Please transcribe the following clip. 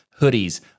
hoodies